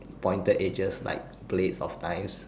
pointed edges like blades of knives